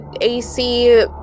ac